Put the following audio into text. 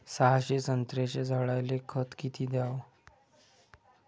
सहाशे संत्र्याच्या झाडायले खत किती घ्याव?